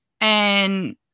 and-